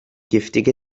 giftige